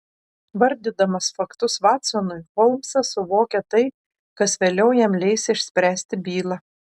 vardydamas faktus vatsonui holmsas suvokia tai kas vėliau jam leis išspręsti bylą